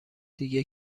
دیگه